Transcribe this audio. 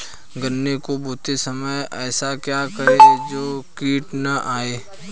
गन्ने को बोते समय ऐसा क्या करें जो कीट न आयें?